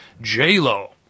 J-Lo